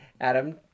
Adam